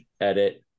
edit